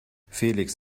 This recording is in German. felix